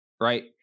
Right